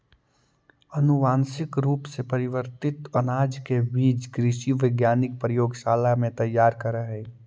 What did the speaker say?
अनुवांशिक रूप से परिवर्तित अनाज के बीज कृषि वैज्ञानिक प्रयोगशाला में तैयार करऽ हई